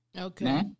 Okay